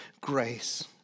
grace